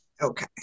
Okay